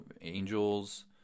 angels